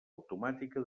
automàtica